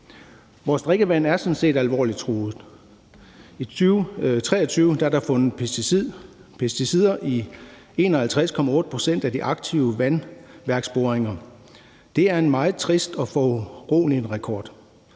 Vores drikkevand er sådan set alvorligt truet. I 2023 er der fundet pesticider i 51,8 pct. af de aktive vandværksboringer. Det er en meget trist og foruroligende rekord.